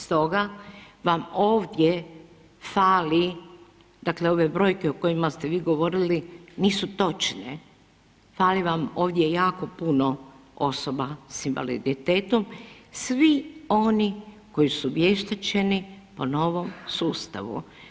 Stoga vam ovdje fali, dakle ove brojke o kojima ste vi govorili nisu točne, fali vam ovdje jako puno osoba sa invaliditetom, svi oni koji su vještačeni po novom sustavu.